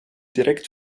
direkt